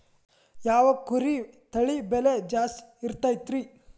ಯಾವ ಕುರಿ ತಳಿ ಬೆಲೆ ಜಾಸ್ತಿ ಇರತೈತ್ರಿ?